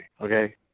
Okay